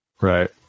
Right